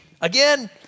again